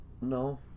No